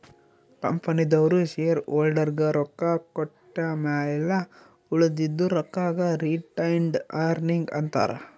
ಕಂಪನಿದವ್ರು ಶೇರ್ ಹೋಲ್ಡರ್ಗ ರೊಕ್ಕಾ ಕೊಟ್ಟಮ್ಯಾಲ ಉಳದಿದು ರೊಕ್ಕಾಗ ರಿಟೈನ್ಡ್ ಅರ್ನಿಂಗ್ ಅಂತಾರ